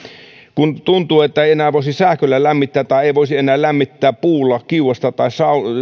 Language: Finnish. kun tuntuu että ei enää voisi sähköllä lämmittää tai ei voisi enää lämmittää puulla kiuasta tai